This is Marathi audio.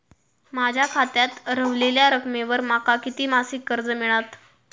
माझ्या खात्यात रव्हलेल्या रकमेवर माका किती मासिक कर्ज मिळात?